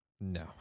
no